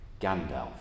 Gandalf